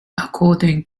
according